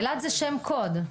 אילת זה שם קוד.